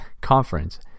Conference